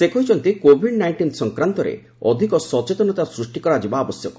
ସେ କହିଛନ୍ତି Covid nineteen ସଂକ୍ରାନ୍ତରେ ଅଧିକ ସଚେତନତା ସୃଷ୍ଟି କରାଯିବା ଆବଶ୍ୟକ